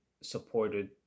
supported